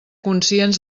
conscients